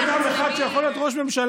יש רק בן אדם אחד שיכול להיות ראש ממשלה?